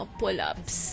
pull-ups